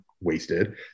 wasted